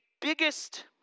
biggest